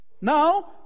Now